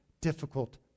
difficult